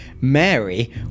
Mary